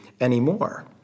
anymore